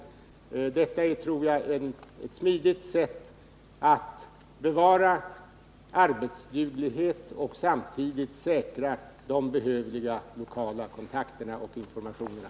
Jag tror detta är ett smidigt sätt att lösa frågan om representationen, så att man bevarar arbetsdugligheten inom delegationen samtidigt som man säkrar de behövliga lokala kontakterna och informationerna.